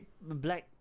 Black